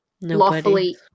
Lawfully